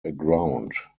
aground